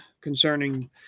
concerning